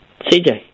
CJ